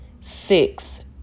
six